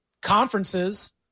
conferences